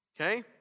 Okay